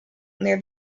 near